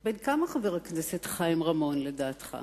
בן כמה חבר הכנסת חיים רמון, לדעתך?